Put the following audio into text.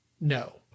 No